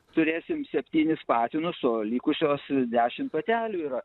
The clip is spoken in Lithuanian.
turėsim septynis patinus o likusios dešimt patelių yra